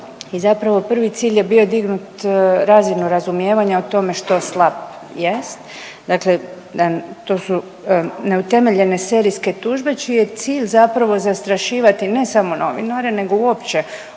I zapravo prvi cilj je bio dignut razinu razumijevanja o tome što SLAPP jest. Dakle da, to neutemeljene serijske tužbe čiji je cilj zapravo zastrašivati ne samo novinare nego uopće